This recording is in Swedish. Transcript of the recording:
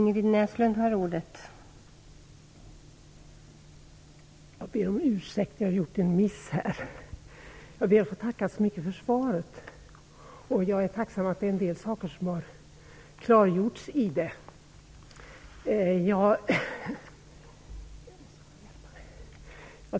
Fru talman! Jag ber att få tacka så mycket för svaret. Jag är tacksam att en del saker har klargjorts i det.